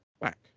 back